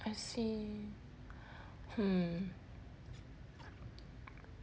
I see hmm